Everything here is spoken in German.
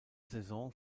saison